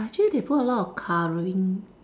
but actually they put a lot of colouring